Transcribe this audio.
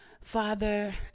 Father